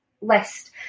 list